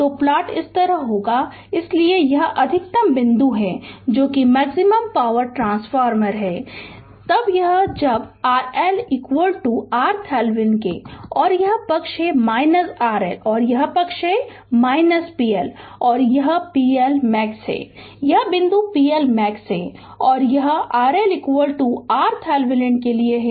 तो प्लॉट इस तरह होगा इसलिए यह अधिकतम बिंदु है जो मैक्सिमम पॉवर ट्रान्सफर है यह तब होगा जब RL होगा RThevenin और यह पक्ष है RL और यह पक्ष है p L और यह pLmax है यह बिंदु pLmax है और यह RL RTheveninके लिए है